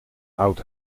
oud